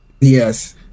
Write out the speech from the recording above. Yes